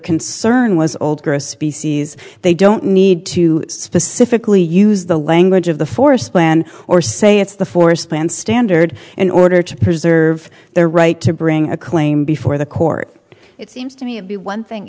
concern was old gross species they don't need to specifically use the language of the forest plan or say it's the forest land standard in order to preserve their right to bring a claim before the court it seems to me of the one thing